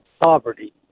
poverty